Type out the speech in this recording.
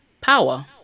Power